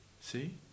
See